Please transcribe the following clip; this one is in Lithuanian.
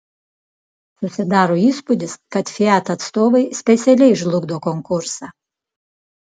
susidaro įspūdis kad fiat atstovai specialiai žlugdo konkursą